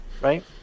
right